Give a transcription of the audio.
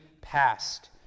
past